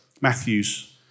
Matthew's